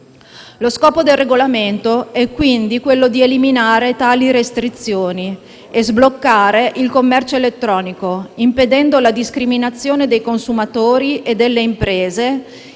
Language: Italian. Lo scopo del regolamento è quindi di eliminare tali restrizioni e sbloccare il commercio elettronico, impedendo la discriminazione dei consumatori e delle imprese